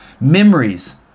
memories